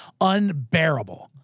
unbearable